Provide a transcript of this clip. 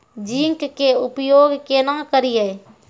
Zinc के उपयोग केना करये?